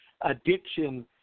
addiction